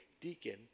deacon